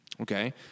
Okay